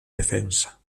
defensa